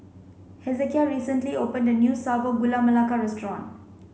Hezekiah recently opened a new Sago Gula Melaka restaurant